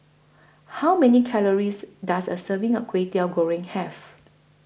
How Many Calories Does A Serving of Kway Teow Goreng Have